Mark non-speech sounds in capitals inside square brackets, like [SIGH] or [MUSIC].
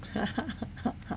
[LAUGHS]